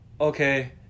okay